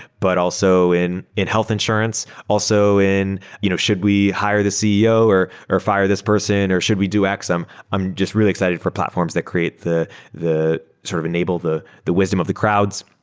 but also in in health insurance, also you know should we hire the ceo or or fire this person or should we do x? um i'm just really excited for platforms that create the the sort of enabled the the wisdom of the crowds.